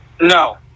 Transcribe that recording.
No